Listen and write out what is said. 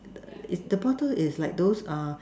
it's the bottle is like those err